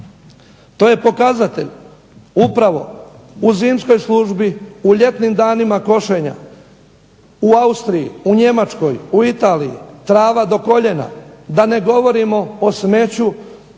To je pokazatelj upravo u zimskoj službi u ljetnim danima košenja, u Austriji u Njemačkoj, u Italiji trava do koljena, da ne govorimo o smeću,